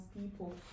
people